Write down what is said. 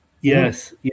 yes